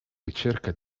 ricerca